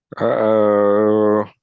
Uh-oh